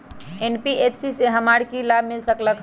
NBFC से हमार की की लाभ मिल सक?